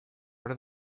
are